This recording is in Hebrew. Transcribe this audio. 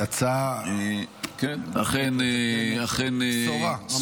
זאת ממש בשורה.